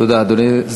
תודה, אדוני.